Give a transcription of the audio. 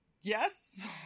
Yes